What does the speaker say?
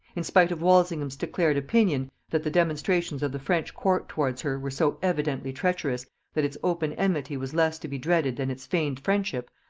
in spite of walsingham's declared opinion, that the demonstrations of the french court towards her were so evidently treacherous that its open enmity was less to be dreaded than its feigned friendship,